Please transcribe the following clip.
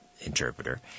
interpreter